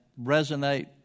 resonate